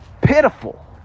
pitiful